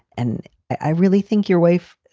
and i really think your wife,